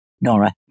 Nora